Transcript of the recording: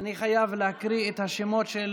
אני חייב להקריא את השמות של